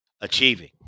achieving